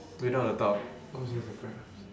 without a doubt lobsters and crabs